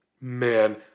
man